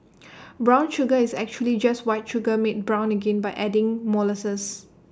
brown sugar is actually just white sugar made brown again by adding molasses